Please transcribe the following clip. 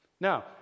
Now